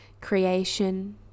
creation